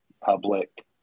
public